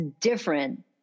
different